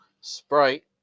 Sprite